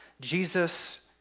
Jesus